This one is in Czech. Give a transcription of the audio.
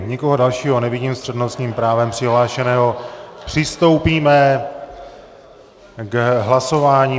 Nikoho dalšího nevidím s přednostním právem přihlášeného, přistoupíme k hlasování.